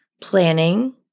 planning